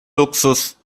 luxus